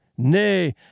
Nay